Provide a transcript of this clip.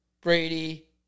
Brady